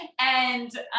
And-